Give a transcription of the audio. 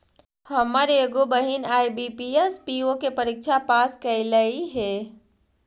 हमर एगो बहिन आई.बी.पी.एस, पी.ओ के परीक्षा पास कयलइ हे